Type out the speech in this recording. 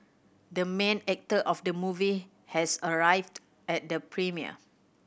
the main actor of the movie has arrived at the premiere